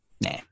Nah